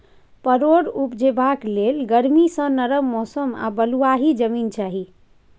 परोर उपजेबाक लेल गरमी सँ नरम मौसम आ बलुआही जमीन चाही